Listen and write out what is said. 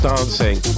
Dancing